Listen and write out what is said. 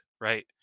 right